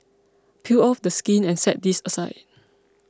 peel off the skin and set this aside